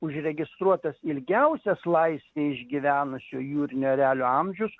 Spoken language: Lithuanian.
užregistruotas ilgiausias laisvėj išgyvenusio jūrinio erelio amžius